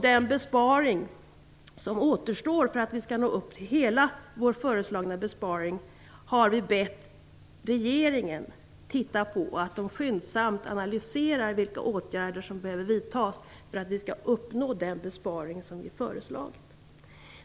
Den besparing som återstår för att vi skall nå upp till hela vår föreslagna besparing har vi bett regeringen att titta på. Vi vill att regeringen skyndsamt skall analysera vilka åtgärder som behöver vidtas för att vi skall uppnå den besparing som vi har föreslagit.